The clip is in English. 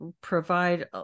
provide